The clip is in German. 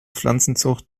pflanzenzucht